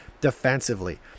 defensively